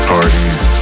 Parties